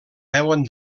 veuen